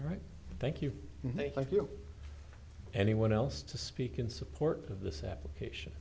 all right thank you thank you anyone else to speak in support of this application